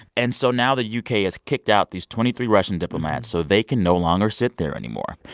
and so now the u k. has kicked out these twenty three russian diplomats, so they can no longer sit there anymore.